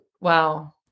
Wow